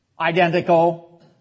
identical